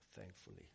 thankfully